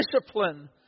discipline